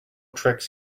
tricks